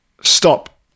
stop